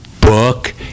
book